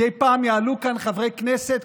מדי פעם יעלו לכאן חברי כנסת,